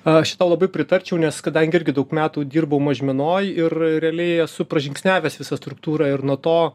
aš tau labai pritarčiau nes kadangi irgi daug metų dirbau mažmenoj ir realiai esu pražingsniavęs visą struktūrą ir nuo to